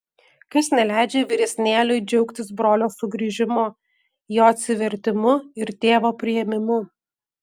kas neleidžia vyresnėliui džiaugtis brolio sugrįžimu jo atsivertimu ir tėvo priėmimu